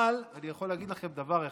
אבל אני יכול להגיד לכם דבר אחד,